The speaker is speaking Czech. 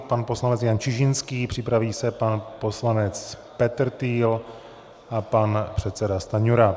Pan poslanec Jan Čižinský, připraví se pan poslanec Petrtýl a pan předseda Stanjura.